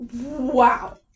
Wow